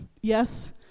yes